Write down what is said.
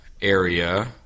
area